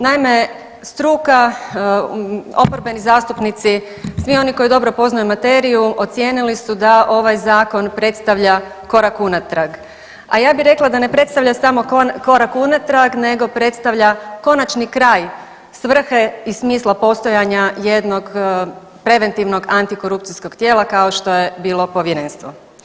Naime, struka oporbeni zastupnici svi oni koji dobro poznaju materiju ocijenili su da ovaj zakon predstavlja korak unatrag, a ja bih rekla da ne predstavlja samo korak unatrag nego predstavlja konačni kraj svrhe i smisla postojanja jednog preventivnog antikorupcijskog tijela kao što je bilo povjerenstvo.